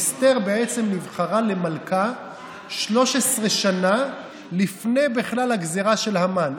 אסתר בעצם נבחרה למלכה 13 שנה בכלל לפני הגזרה של המן.